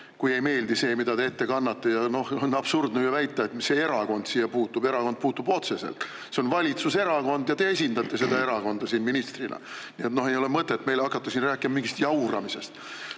kui ei meeldi see, mida te ette kannate. On absurdne ju väita, et mis see erakond siia puutub. Erakond puutub otseselt: see on valitsuserakond ja te esindate seda erakonda ministrina. Ei ole mõtet hakata meile siin rääkima mingist jauramisest.